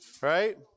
right